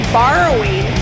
borrowing